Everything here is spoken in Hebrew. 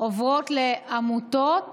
עוברים לעמותות